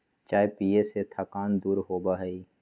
चाय पीये से थकान दूर होबा हई